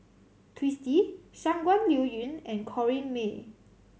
Twisstii Shangguan Liuyun and Corrinne May